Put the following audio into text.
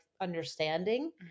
understanding